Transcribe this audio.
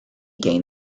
gained